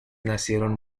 nacieron